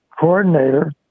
coordinator